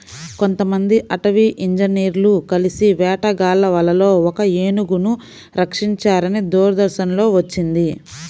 కొంతమంది అటవీ ఇంజినీర్లు కలిసి వేటగాళ్ళ వలలో ఒక ఏనుగును రక్షించారని దూరదర్శన్ లో వచ్చింది